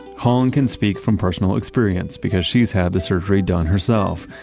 hong can speak from personal experience, because she's had the surgery done herself.